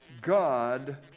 God